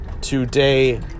today